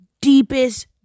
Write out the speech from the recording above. deepest